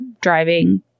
driving